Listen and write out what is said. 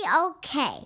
okay